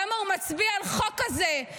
למה הוא מצביע על חוק כזה.